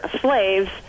slaves